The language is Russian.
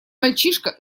мальчишка